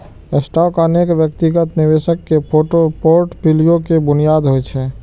stock अनेक व्यक्तिगत निवेशक के फोर्टफोलियो के बुनियाद होइ छै